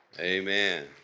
Amen